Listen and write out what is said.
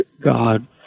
God